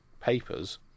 papers